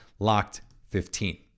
LOCKED15